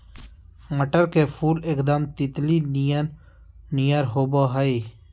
मटर के फुल एकदम तितली नियर होबा हइ